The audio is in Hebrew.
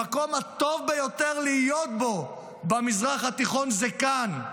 המקום הטוב ביותר להיות בו במזרח התיכון זה כאן,